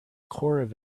corp